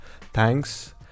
Thanks